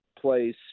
place